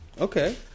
Okay